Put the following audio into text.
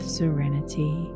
serenity